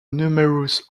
numerous